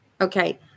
Okay